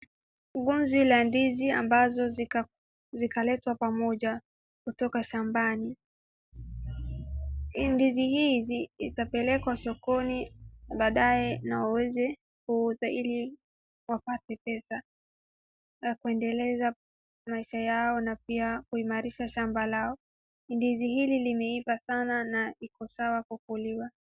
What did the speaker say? Kundi la ndizi ambzo zikaletwa pamoja kutoka shambani. Ndizi hizi zitapelekwa sokoni baadaye na waweze kuuza ili wapate pesa ya kuendeleza maisha yao na pia kuimarisha shamba lao. Ndizi hizi zimeiva sana na zikosawa kukuliwa.